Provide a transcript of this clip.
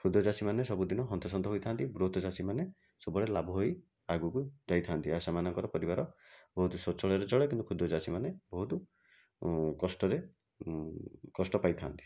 କ୍ଷୁଦ୍ର ଚାଷୀମାନେ ସବୁଦିନ ହନ୍ତ ସନ୍ତ ହୋଇଥାନ୍ତି ବୃହତ ଚାଷୀମାନେ ସବୁବେଳେ ଲାଭ ହୋଇ ଆଗକୁ ଯାଇଥାନ୍ତି ଆଉ ସେମାନଙ୍କର ପରିବାର ବହୁତ ସ୍ୱଚ୍ଛଳରେ ଚଳେ କିନ୍ତୁ କ୍ଷୁଦ୍ର ଚାଷୀମାନେ ବହୁତ କଷ୍ଟରେ କଷ୍ଟ ପାଇଥାଆନ୍ତି